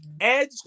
edge